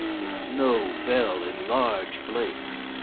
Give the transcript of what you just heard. the snow fell in large flakes.